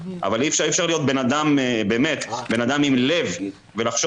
אבל אי-אפשר באמת להיות בן אדם עם לב ולחשוב